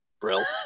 Brill